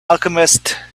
alchemist